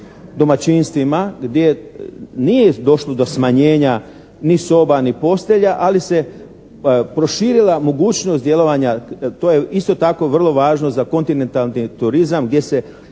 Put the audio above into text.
domaćinstvima gdje nije došlo do smanjenja ni soba ni postelja, ali se proširila mogućnost djelovanja. To je isto tako vrlo važno za kontinentalni turizam gdje se